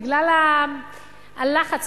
בגלל הלחץ,